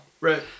Right